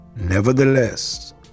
nevertheless